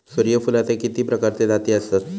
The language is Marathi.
सूर्यफूलाचे किती प्रकारचे जाती आसत?